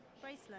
bracelet